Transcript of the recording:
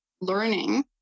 learning